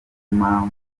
mpamvu